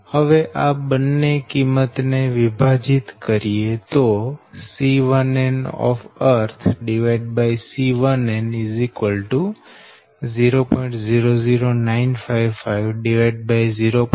હવે આ બંને કિંમત ને વિભાજીત કરીએ તો C1n C1n 0